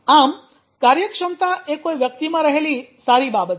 આમ કાર્યક્ષમતા એ કોઈ વ્યક્તિમાં રહેલી સારી બાબત છે